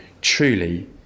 Truly